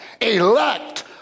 Elect